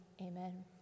amen